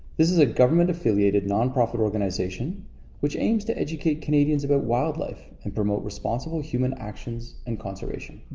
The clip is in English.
this is a government affiliated non-profit organization which aims to educate canadians about wildlife and promote responsible human actions and conservation.